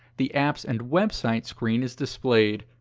the apps and websites screen is displayed.